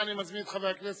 אני מזמין את חבר הכנסת